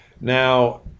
Now